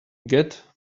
get